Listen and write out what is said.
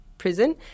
prison